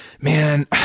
man